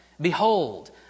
Behold